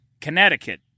Connecticut